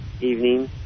evening